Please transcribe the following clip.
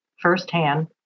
firsthand